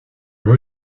beau